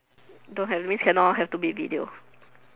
don't have means can not have to be video